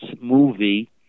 movie